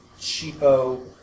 cheapo